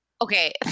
Okay